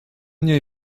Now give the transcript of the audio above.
niej